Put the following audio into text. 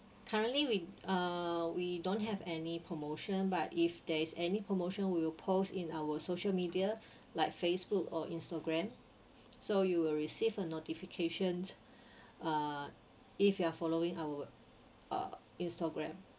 currently we uh we don't have any promotion but if there is any promotion we will post in our social media like Facebook or Instagram so you will receive a notification uh if you are following our uh Instagram